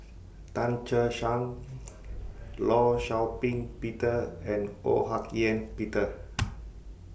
Tan Che Sang law Shau Ping Peter and Ho Hak Ean Peter